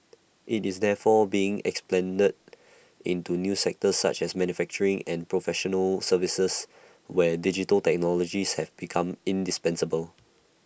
IT is therefore being expanded into new sectors such as manufacturing and professional services where digital technologies have become indispensable